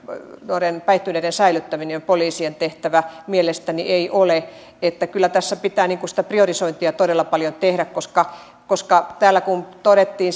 päihtyneiden säilyttäminen ovat poliisien tehtävä mielestäni ei ole niin että kyllä tässä pitää sitä priorisointia todella paljon tehdä koska koska kun täällä todettiin